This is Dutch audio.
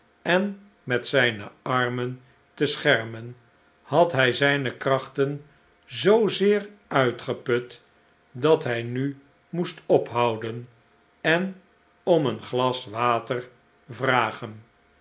en met zijne armen te schermen had hij zijne krachten zoozeer uitgeput dat hij nu moest ophouden en om een glas water v'ragen